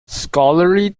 scholarly